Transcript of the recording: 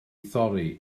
thorri